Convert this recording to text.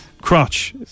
crotch